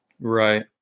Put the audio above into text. right